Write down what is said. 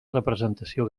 representació